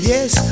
Yes